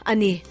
Ani